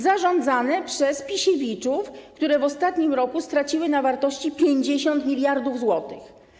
Zarządzane przez Pisiewiczów, które w ostatnim roku straciły na wartości 50 mld zł.